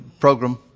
program